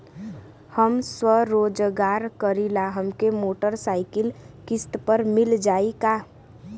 हम स्वरोजगार करीला हमके मोटर साईकिल किस्त पर मिल जाई का?